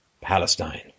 Palestine